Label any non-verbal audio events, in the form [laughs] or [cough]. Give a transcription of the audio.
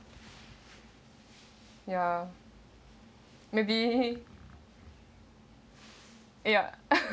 ya maybe [laughs] ya [laughs]